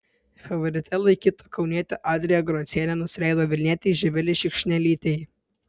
favorite laikyta kaunietė adrija grocienė nusileido vilnietei živilei šikšnelytei